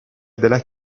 della